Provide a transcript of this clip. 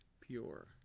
pure